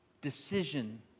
decision